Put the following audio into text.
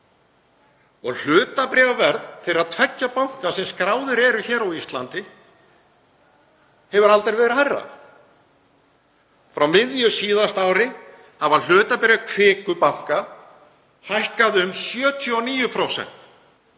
og hlutabréfaverð þeirra tveggja banka sem skráðir eru hér á Íslandi hefur aldrei verið hærra. Frá miðju síðasta ári hafa hlutabréf Kviku banka hækkað um 79%